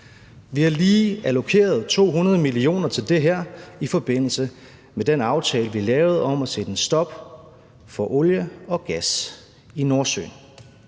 vi har lige allokeret 200 mio. kr. til det her i forbindelse med den aftale, vi lavede om at sætte en stopper for olie og gas i Nordsøen.